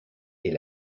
est